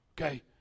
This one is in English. Okay